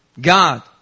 God